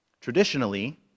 Traditionally